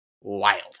wild